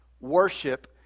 Worship